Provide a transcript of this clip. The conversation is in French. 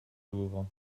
louvre